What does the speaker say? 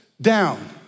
down